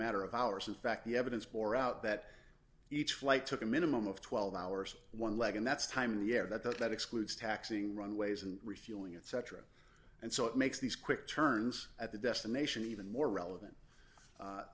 matter of hours in fact the evidence bore out that each flight took a minimum of twelve hours one leg and that's time in the air that that excludes taxiing runways and refueling etc and so it makes these quick turns at the destination even more relevant